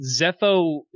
Zepho